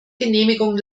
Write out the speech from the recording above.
genehmigung